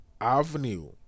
avenue